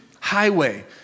highway